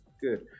good